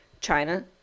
China